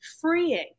freeing